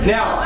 Now